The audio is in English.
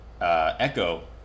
echo